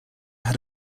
had